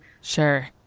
Sure